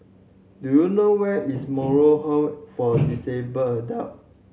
do you know where is Moral Home for Disabled Adult